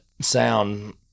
sound